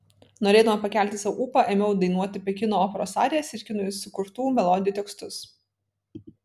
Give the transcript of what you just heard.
norėdama pakelti sau ūpą ėmiau dainuoti pekino operos arijas ir kinui sukurtų melodijų tekstus